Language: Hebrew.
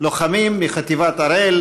ראש עיריית ירושלים ניר ברקת ורעייתו בברלי,